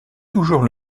toujours